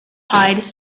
hide